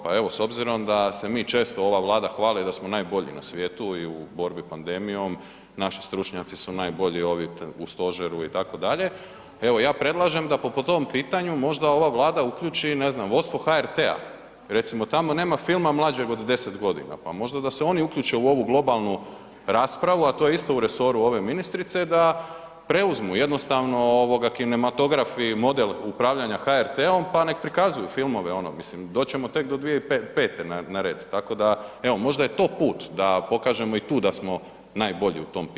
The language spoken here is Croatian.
Pa evo, s obzirom da se mi često ova Vlada hvali da smo najbolji na svijetu i u borbi panemijom naši stručnjaci su najbolji ovi u stožeru itd., evo ja predlažem da po tom pitanju možda ova Vlada uključi i ne znam vodstvo HRT-a, recimo tamo nema filma mlađeg od 10 godina, pa možda da se oni uključe u ovu globalnu raspravu, a to je isto u resoru ove ministrice da preuzmu jednostavno ovoga kinematografi model upravljanja HRT-om pa nek prikazuju filmove ono mislim doći ćemo tek do 2005. na red, tako da evo možda je to put, da pokažemo i tu da smo najbolji u tom pitanju.